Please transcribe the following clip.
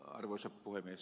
arvoisa puhemies